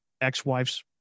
ex-wife's